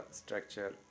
structure